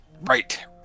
Right